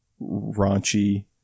raunchy